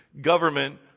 government